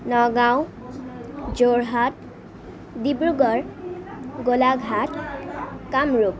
Nagaon Jorhat Dibrugarh Golaghat Kamrup